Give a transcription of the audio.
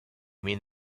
mean